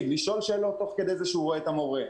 לשאול שאלות תוך כדי שהוא רואה את המורה,